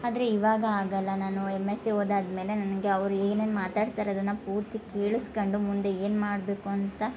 ಆದರೆ ಇವಾಗ ಆಗಲ್ಲ ನಾನು ಎಮ್ ಎಸ್ ಸಿ ಓದಾದ ಮೇಲೆ ನನಗೆ ಅವ್ರು ಏನೇನು ಮಾತಾಡ್ತಾರೆ ಅದನ್ನ ಪೂರ್ತಿ ಕೇಳಸ್ಕಂಡು ಮುಂದೆ ಏನ್ಮಾಡಬೇಕು ಅಂತ